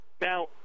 Now